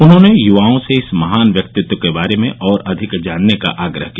उन्होंने युवाओं से इस महान व्यक्तित्व के बारे में और अधिक जानने का आग्रह किया